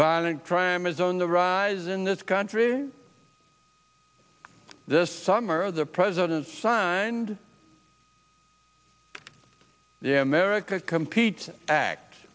violent crime is on the rise in this country this summer the president signed the america compete act